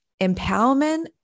empowerment